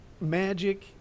magic